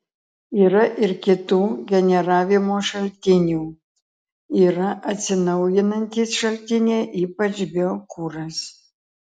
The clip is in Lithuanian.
yra ir kitų generavimo šaltinių yra atsinaujinantys šaltiniai ypač biokuras